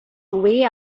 way